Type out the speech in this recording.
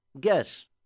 Guess